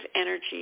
energy